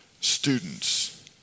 students